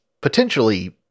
potentially